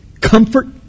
comfort